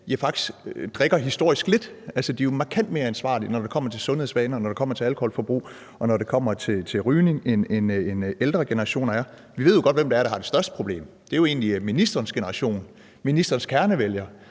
drikker historisk lidt. Altså, de er jo markant mere ansvarlige, når det kommer til sundhedsvaner, når det kommer til alkoholforbrug, og når det kommer til rygning, end ældre generationer er. Vi ved jo godt, hvem det er, der har det største problem: Det er jo egentlig ministerens generation, ministerens kernevælgere,